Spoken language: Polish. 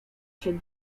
się